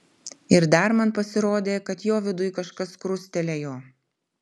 ir dar man pasirodė kad jo viduj kažkas krustelėjo